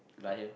liar